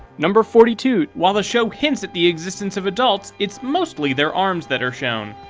number forty two. while the show hints at the existence of adults, it's mostly their arms that are shown.